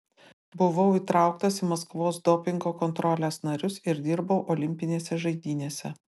buvau įtrauktas į maskvos dopingo kontrolės narius ir dirbau olimpinėse žaidynėse